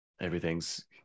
Everything's